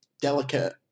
delicate